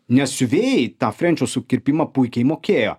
nes siuvėjai tą frenčiaus sukirpimą puikiai mokėjo